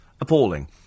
appalling